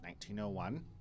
1901